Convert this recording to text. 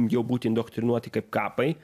jau būtų indoktrinuoti kaip kapai